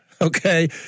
okay